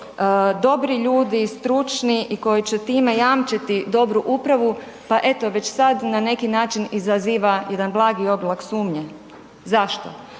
dobri ljudi, stručni i koji će time jamčiti dobru upravu, pa eto već sad na neki način izaziva jedan blagi oblak sumnje. Zašto?